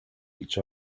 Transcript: each